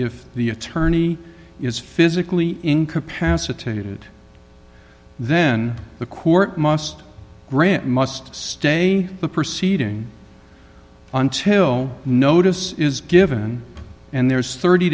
if the attorney is physically incapacitated then the court must grant must stay the proceeding until notice is given and there's thirty